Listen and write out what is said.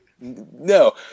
No